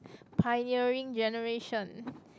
pioneering generation